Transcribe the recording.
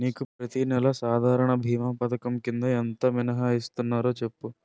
నీకు ప్రతి నెల సాధారణ భీమా పధకం కింద ఎంత మినహాయిస్తన్నారో సెప్పు